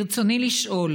ברצוני לשאול: